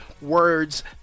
words